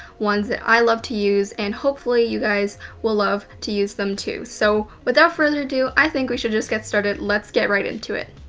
ones that i love to use. and hopefully, you guys will love to use them too. so, without further ado, i think we should just get started. let's get right into it.